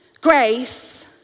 grace